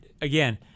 again